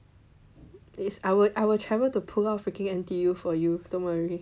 please I will travel to pulau freaking N_T_U for you don't worry